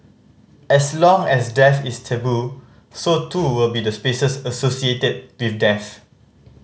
as long as death is taboo so too will be the spaces associated with death